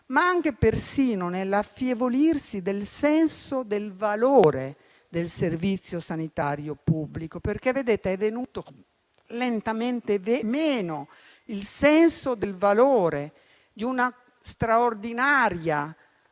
ma persino nell'affievolirsi del senso del valore del Servizio sanitario pubblico, perché è venuto lentamente meno il senso del valore di uno straordinario